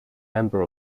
member